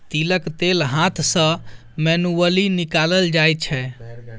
तिलक तेल हाथ सँ मैनुअली निकालल जाइ छै